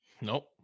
Nope